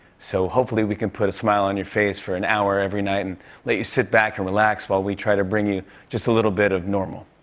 so hopefully we can put a smile on your face for an hour every night and let you sit back and relax while we try to bring you just a little bit of normal.